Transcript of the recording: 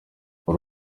uri